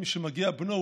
משמגיע בנו,